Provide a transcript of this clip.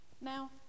Now